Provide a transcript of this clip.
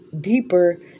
deeper